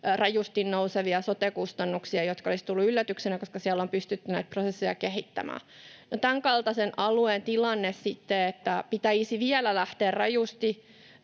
rajusti nousevia sote-kustannuksia, jotka olisivat tulleet yllätyksenä, koska siellä on pystytty näitä prosesseja kehittämään. No, tämänkaltaisen alueen tilanteessa sitten se, että pitäisi vielä lähteä rajusti